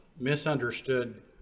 misunderstood